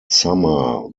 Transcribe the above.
summer